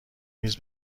میز